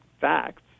facts